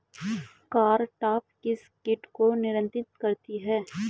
Cartap किस किट को नियंत्रित करती है?